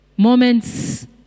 Moments